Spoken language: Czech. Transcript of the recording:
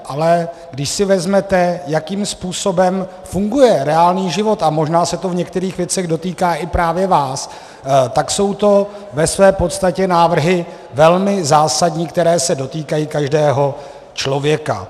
Ale když si vezmete, jakým způsobem funguje reálný život, a možná se to v některých věcech dotýká právě i vás, tak jsou to ve své podstatě návrhy velmi zásadní, které se dotýkají každého člověka.